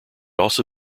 also